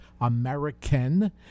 American